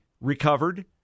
recovered